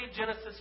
Genesis